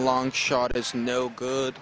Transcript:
long shot is no good